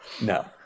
No